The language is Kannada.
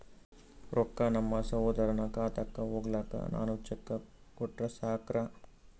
ರೊಕ್ಕ ನಮ್ಮಸಹೋದರನ ಖಾತಕ್ಕ ಹೋಗ್ಲಾಕ್ಕ ನಾನು ಚೆಕ್ ಕೊಟ್ರ ಸಾಕ್ರ?